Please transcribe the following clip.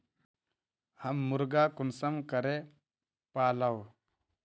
हम मुर्गा कुंसम करे पालव?